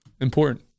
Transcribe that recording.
important